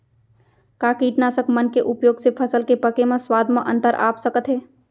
का कीटनाशक मन के उपयोग से फसल के पके म स्वाद म अंतर आप सकत हे?